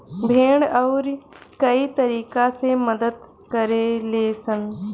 भेड़ अउरी कई तरीका से मदद करे लीसन